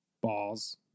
balls